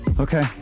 Okay